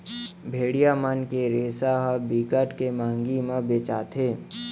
भेड़िया मन के रेसा ह बिकट के मंहगी म बेचाथे